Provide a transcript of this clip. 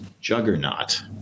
juggernaut